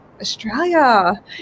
australia